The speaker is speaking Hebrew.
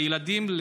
הילדים,